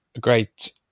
great